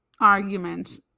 arguments